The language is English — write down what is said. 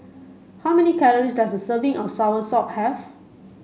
how many calories does a serving of Soursop have